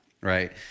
right